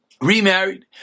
remarried